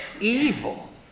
evil